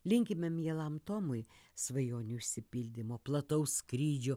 linkime mielam tomui svajonių išsipildymo plataus skrydžio